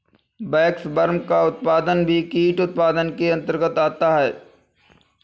waxworm का उत्पादन भी कीट उत्पादन के अंतर्गत आता है